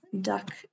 Duck